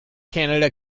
canada